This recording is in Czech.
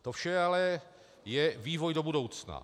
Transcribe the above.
To vše ale je vývoj do budoucna.